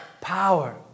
Power